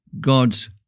God's